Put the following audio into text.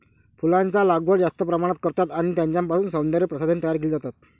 फुलांचा लागवड जास्त प्रमाणात करतात आणि त्यांच्यापासून सौंदर्य प्रसाधने तयार केली जातात